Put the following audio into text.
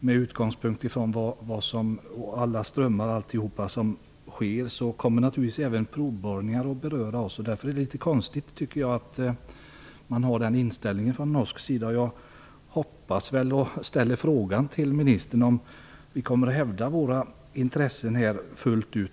Med tanke på hur strömmarna går kommer naurligtvis även provborrningar att beröra oss. Därför är det litet konstigt att man från norsk sida har en sådan inställning. Jag ställer frågan till ministern om vi kommer att hävda våra intressen fullt ut.